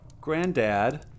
granddad